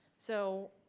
so,